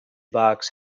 box